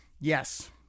Yes